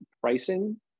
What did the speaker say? pricing